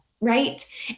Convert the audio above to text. right